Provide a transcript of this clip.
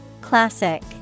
Classic